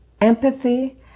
empathy